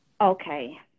Okay